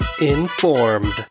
Informed